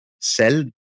sell